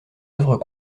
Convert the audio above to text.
œuvres